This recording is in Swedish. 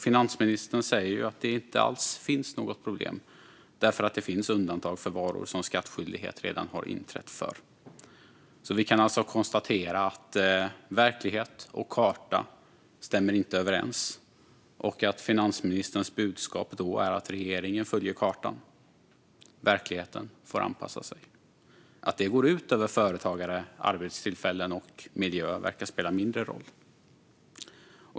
Finansministern säger att det inte alls finns något problem därför att det finns undantag för varor som skattskyldighet redan har inträtt för. Vi kan alltså konstatera att verklighet och karta inte stämmer överens och att finansministerns budskap då är att regeringen följer kartan. Verkligheten får anpassa sig. Att det går ut över företagare, arbetstillfällen och miljö verkar spela mindre roll.